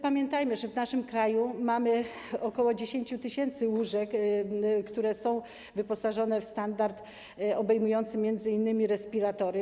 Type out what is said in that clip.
Pamiętajmy, że w naszym kraju mamy ok. 10 tys. łóżek, które są wyposażone w standard obejmujący m.in. respiratory.